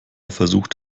versucht